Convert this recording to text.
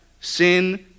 sin